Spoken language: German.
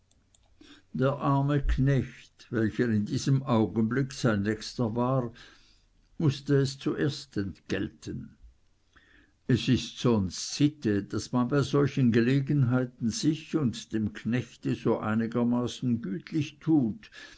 der arme knecht welcher in diesem augenblick sein nächster war mußte es zuerst entgelten es ist sonst sitte daß man bei solchen gelegenheiten sich und dem knechte so einigermaßen gütlich tut